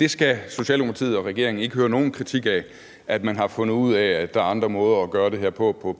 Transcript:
det skal Socialdemokratiet og regeringen ikke høre nogen kritik af – at man har fundet ud af, at der er andre og bedre måder gøre det her på,